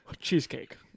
Cheesecake